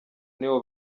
nibo